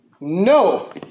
No